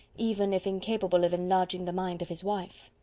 even if incapable of enlarging the mind of his wife.